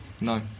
No